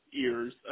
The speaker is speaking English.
ears